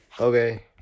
okay